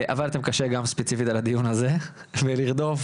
עבדתן קשה גם ספציפית על הדיון הזה, בלרדוף